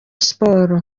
sport